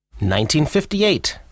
1958